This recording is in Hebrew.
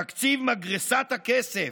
תקציב מגרסת הכסף,